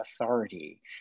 authority